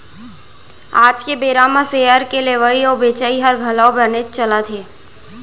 आज के बेरा म सेयर के लेवई अउ बेचई हर घलौक बनेच चलत हे